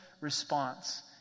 response